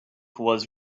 was